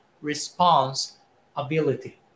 responsibility